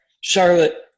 Charlotte